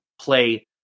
play